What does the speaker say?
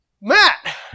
Matt